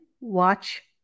watch